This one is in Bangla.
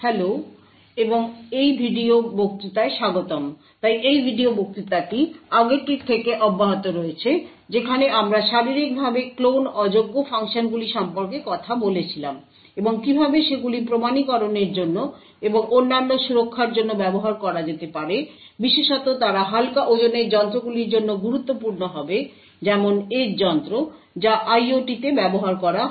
হ্যালো এবং এই ভিডিও বক্তৃতায় স্বাগতম তাই এই ভিডিও বক্তৃতাটি আগেরটির থেকে অব্যাহত রয়েছে যেখানে আমরা শারীরিকভাবে ক্লোন অযোগ্য ফাংশনগুলি সম্পর্কে কথা বলেছিলাম এবং কীভাবে সেগুলি প্রমাণীকরণের জন্য এবং অন্যান্য সুরক্ষার জন্য ব্যবহার করা যেতে পারে বিশেষত তারা হালকা ওজনের যন্ত্রগুলির জন্য গুরুত্বপূর্ণ হবে যেমন এজ যন্ত্র যা IOTতে ব্যবহার করা হয়